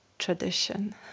tradition